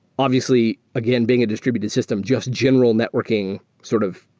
obviously, again, being a distributed system, just general networking sort of